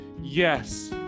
yes